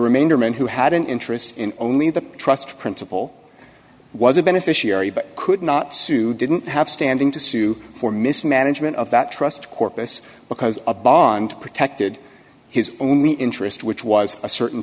remainder man who had an interest in only the trust principle was a beneficiary but could not sue didn't have standing to sue for mismanagement of that trust corpus because a bond protected his only interest which was a certain